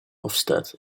ofsted